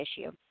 issue